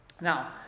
now